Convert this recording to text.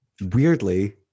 weirdly